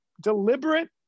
deliberate